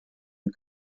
the